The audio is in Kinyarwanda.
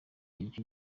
icyo